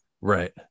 Right